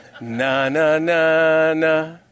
na-na-na-na